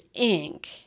Inc